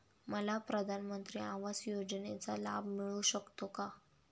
मला प्रधानमंत्री आवास योजनेचा लाभ मिळू शकतो का?